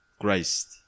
Christ